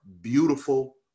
beautiful